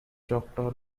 choctaw